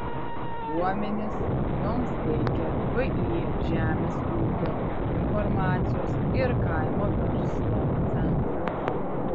duomenis joms teikia vį žemės ūkio informacijos ir kaimo verslo centras